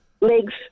legs